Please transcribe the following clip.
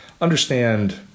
understand